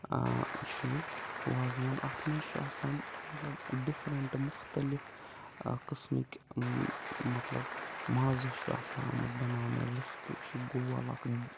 چھُ یہِ وازوان اَتھ منٛز چھُ آسان مطلب ڈِفرَنٛٹ مُختلِف قٕسمٕکۍ مطلب مازَس چھُ آسان آمُت بَناونہٕ رِستہٕ یہِ چھُ گول اَکھ